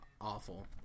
awful